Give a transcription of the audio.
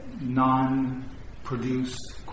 non-produced